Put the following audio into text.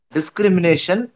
discrimination